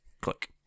Click